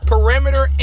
Perimeter